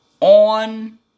on